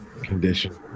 Condition